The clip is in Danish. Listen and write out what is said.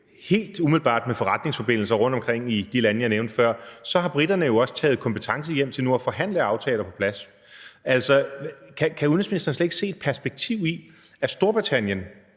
helt umiddelbart med forretningsforbindelser rundtomkring i de lande, jeg nævnte før, så har briterne jo også taget kompetence hjem til nu at forhandle aftaler på plads. Kan udenrigsministeren slet ikke se et perspektiv i, at Storbritannien